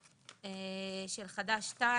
של חד"ש-תע"ל,